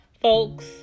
folks